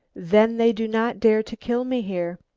then they do not dare to kill me here?